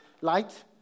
light